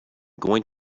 going